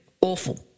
awful